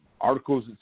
articles